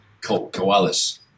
Koalas